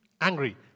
angry